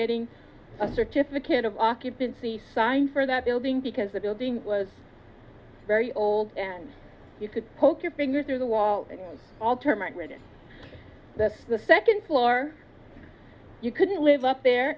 getting a certificate of occupancy sign for that building because the building was very old and you could poke your fingers through the wall and all termite ready that's the second floor you couldn't live up there